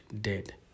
dead